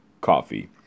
coffee